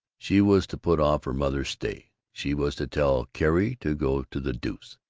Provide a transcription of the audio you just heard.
she was to put off her mother's stay. she was to tell carrie to go to the deuce.